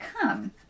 come